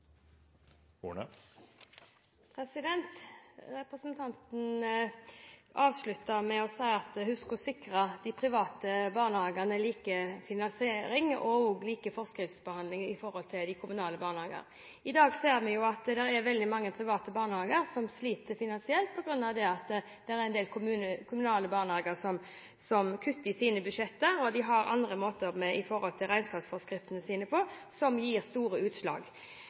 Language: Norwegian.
Representanten avsluttet med å si at hun skulle sikre de private barnehagene lik finansiering og også lik forskriftsbehandling som de offentlige barnehagene. I dag ser vi at mange private barnehager sliter finansielt fordi en del kommunale barnehager kutter i sine budsjetter, og de har andre forskrifter å føre regnskap etter, noe som gir store utslag.